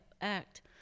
act